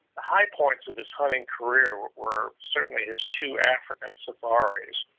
the high points of his hunting career were certainly his two african safaris.